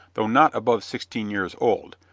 though not above sixteen years old,